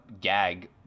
gag